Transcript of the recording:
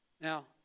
Now